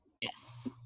Yes